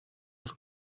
for